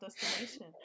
destination